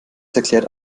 erklärt